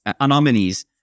anomalies